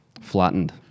flattened